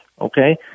okay